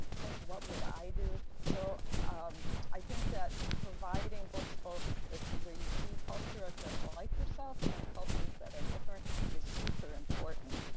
and think what would i do? so um i think that providing books both that's where you see culture that's like yourself, and cultures that are different is super important.